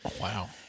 Wow